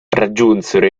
raggiunsero